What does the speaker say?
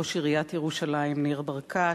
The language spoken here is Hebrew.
ראש עיריית ירושלים ניר ברקת,